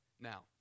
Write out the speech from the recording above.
now